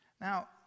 Now